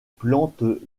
plantes